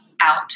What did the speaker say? out